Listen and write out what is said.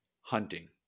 hunting